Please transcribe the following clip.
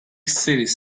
cities